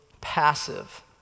passive